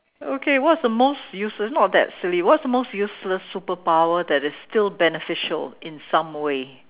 okay what's the most useless not that silly what's the most useless superpower that is still beneficial in some way